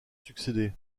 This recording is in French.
succédé